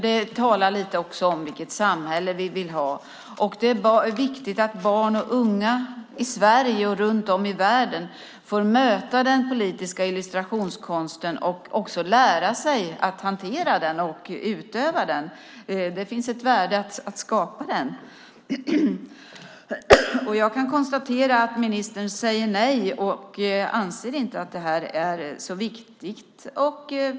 Det talar också lite om vilket samhälle vi vill ha. Det är viktigt att barn och unga i Sverige och runt om i världen får möta den politiska illustrationskonsten och lära sig att hantera den och utöva den. Det finns ett värde i att skapa den. Jag kan konstatera att ministern säger nej och inte anser att det här är så viktigt.